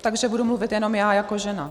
Takže budu mluvit jenom já jako žena.